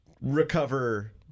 Recover